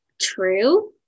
True